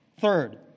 Third